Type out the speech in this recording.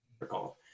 recall